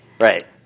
Right